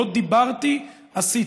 לא דיברתי, עשיתי,